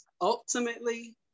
ultimately